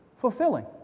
fulfilling